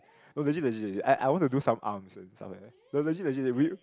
no legit legit I I want to do some arms and stuff like that no legit legit we